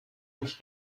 mich